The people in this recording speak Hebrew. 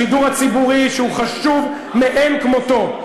לשידור הציבורי, שהוא חשוב מאין כמותו.